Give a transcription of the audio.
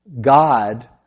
God